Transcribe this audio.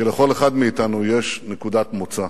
כי לכל אחד מאתנו יש נקודת מוצא,